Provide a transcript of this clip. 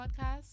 podcast